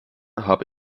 habe